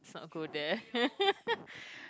let's not go there